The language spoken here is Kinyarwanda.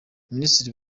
minisitiri